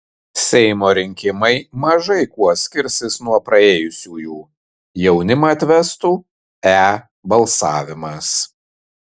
seimo rinkimai mažai kuo skirsis nuo praėjusiųjų jaunimą atvestų e balsavimas